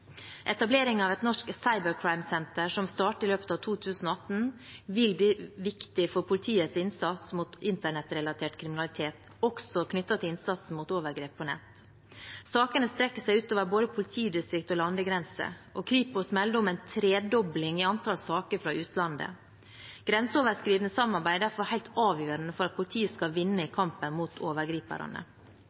av et norsk «Cyber Crime Center», som starter i løpet av 2018, vil bli viktig for politiets innsats mot internettrelatert kriminalitet, også knyttet til innsatsen mot overgrep på nett. Sakene strekker seg ut over både politidistrikter og landegrenser, og Kripos melder om en tredobling i antall saker fra utlandet. Grenseoverskridende samarbeid er derfor helt avgjørende for at politiet skal vinne i kampen mot overgriperne.